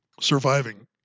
surviving